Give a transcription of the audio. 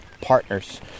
partners